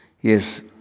Yes